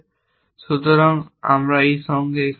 সুতরাং আমরা এই সঙ্গে এখানে থামব